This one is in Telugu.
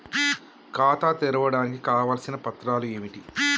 ఖాతా తెరవడానికి కావలసిన పత్రాలు ఏమిటి?